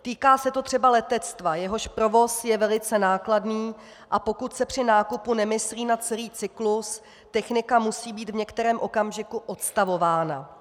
Týká se to třeba letectva, jehož provoz je velice nákladný, a pokud se při nákupu nemyslí na celý cyklus, technika musí být v některém okamžiku odstavována.